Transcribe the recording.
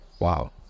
wow